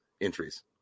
entries